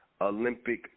Olympic